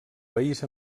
país